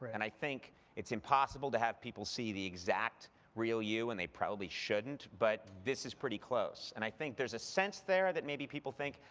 and i think it's impossible to have people see the exact real you, and they probably shouldn't, but this is pretty close. and i think there's a sense there that maybe people think,